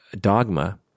dogma